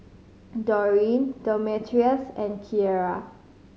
Dorene Demetrios and Kierra